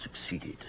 succeeded